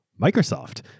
microsoft